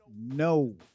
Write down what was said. no